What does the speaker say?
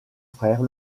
frère